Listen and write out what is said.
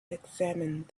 examined